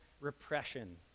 repression